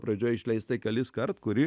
pradžioj išleista keliskart kuri